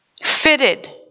Fitted